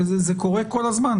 זה קורה כל הזמן.